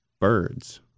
birds